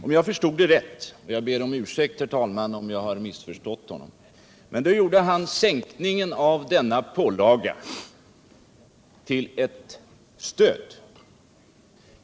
Om jag förstod Arne Magnusson rätt — jag ber om ursäkt, herr talman, om jag har missförstått honom — gjorde han sänkningen av denna pålaga till ett stöd.